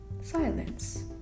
Silence